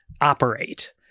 operate